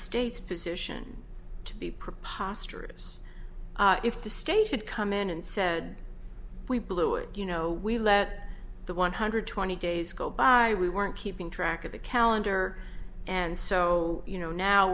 state's position to be preposterous if the state had come in and said we blew it you know we let the one hundred twenty days go by we weren't keeping track of the calendar and so you know now